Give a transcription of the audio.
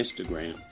Instagram